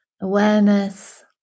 awareness